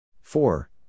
four